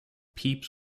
pepys